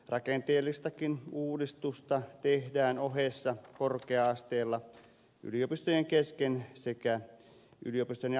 rakenteellistakin uudistusta tehdään ohessa korkea asteella yliopistojen kesken sekä yliopiston ja ammattikorkeakoulun välillä